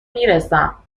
میرسم